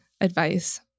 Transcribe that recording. advice